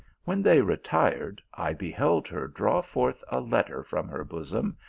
when they retired, i beheld her draw forth a letter from her bosom,